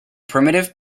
primitive